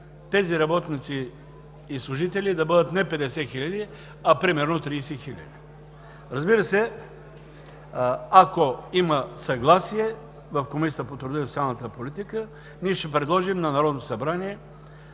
тези работници и служители да бъдат не 50 хиляди, а примерно 30 хиляди. Разбира се, ако има съгласие в Комисията по труда и социалната политика, ние ще предложим на Народното събрание